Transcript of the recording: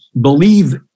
believe